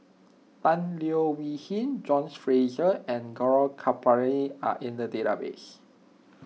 Tan Leo Wee Hin John Fraser and Gaurav Kripalani are in the database